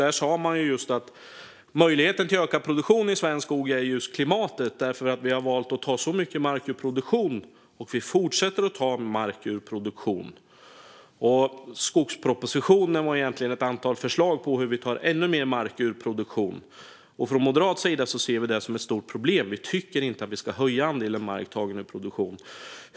Där sa man att möjligheten till ökad produktion i svensk skog är just klimatet, för att vi har valt att ta så mycket mark ur produktion och fortsätter att ta mark ur produktion. Skogspropositionen var egentligen ett antal förslag på hur vi tar ännu mer mark ur produktion. Från moderat sida ser vi det som ett stort problem. Vi tycker inte att vi ska öka andelen mark tagen ur produktion.